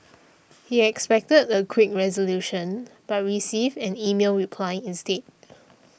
he expected a quick resolution but received an email reply instead